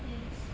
yes